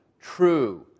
true